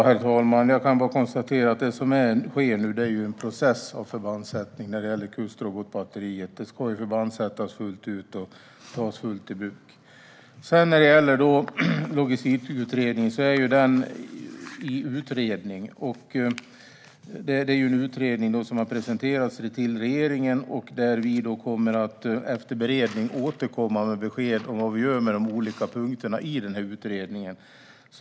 Herr talman! Jag kan bara konstatera att det som sker nu när det gäller kustrobotbatteriet är en process av förbandssättning. Det ska förbandssättas och tas i bruk fullt ut. När det gäller logistikutredningen är den pågående. Utredningen har presenterats för regeringen, och vi kommer efter beredning att återkomma med besked om vad vi gör med de olika punkterna i den.